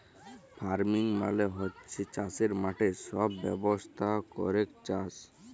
farming মালে হচ্যে চাসের মাঠে সব ব্যবস্থা ক্যরেক চাস